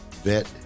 Bet